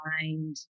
mind